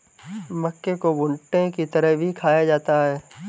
मक्के को भुट्टे की तरह भी खाया जाता है